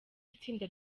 itsinda